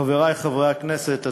חברי חברי הכנסת,